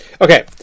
Okay